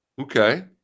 okay